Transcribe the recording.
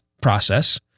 process